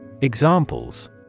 Examples